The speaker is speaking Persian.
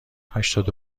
هشتاد